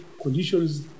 conditions